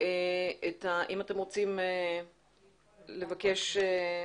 אם אתם רוצים לבקש.